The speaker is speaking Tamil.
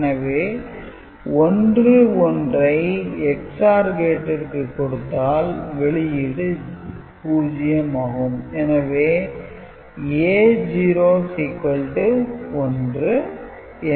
எனவே 11 ஐ XOR கேட்டிற்கு கொடுத்தால் வெளியீடு 0 ஆகும்